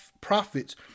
prophets